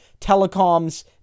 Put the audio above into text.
telecoms